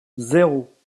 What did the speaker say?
zéro